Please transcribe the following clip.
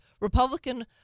Republican